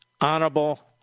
honorable